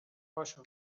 پاشو